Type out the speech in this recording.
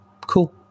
Cool